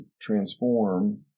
transform